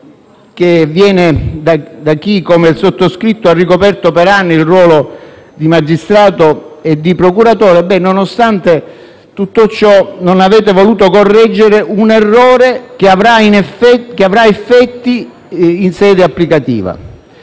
che viene da chi, come il sottoscritto, ha ricoperto per anni il ruolo di magistrato e di procuratore, nonostante tutto ciò, non avete voluto correggere un errore che avrà effetti in sede applicativa.